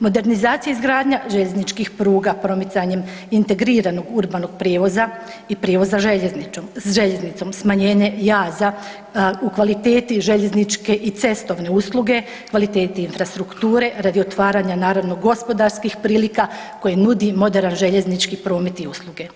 modernizacija i izgradnja željezničkih pruga promicanjem integriranog urbanog prijevoza i prijevoza željeznicom, smanjenje jaza u kvaliteti željezničke i cestovne usluge, kvaliteti infrastrukture radi otvaranja narodno gospodarskih prilika koje nudi moderan željeznički promet i usluge.